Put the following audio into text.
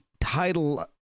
title